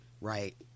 Right